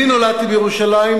אני נולדתי בירושלים,